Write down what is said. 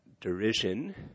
derision